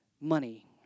money